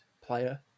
player